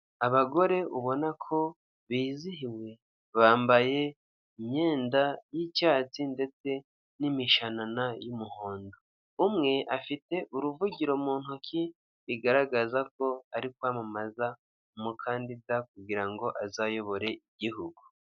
Abagore ubona ko bizihiwe bambaye imyenda y'icyatsi ndetse n'imishanana y'umuhondo, umwe afite uruvugiro mu ntoki bigaragaza ko ari kwamamaza umukandida kugira ngo azayobore igihugu.